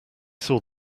saw